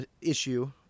issue